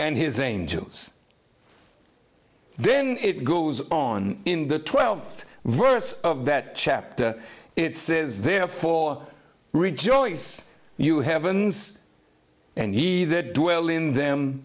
and his angels then it goes on in the twelfth verse of that chapter it says therefore rejoice you heavens and he that dwell in them